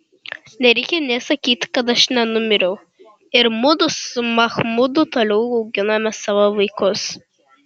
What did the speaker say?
nereikia nė sakyti kad aš nenumiriau ir mudu su machmudu toliau auginome savo vaikus